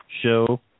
show